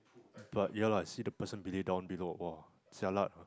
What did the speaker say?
but ya lah see the person or down below jialat